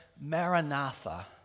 Maranatha